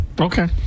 Okay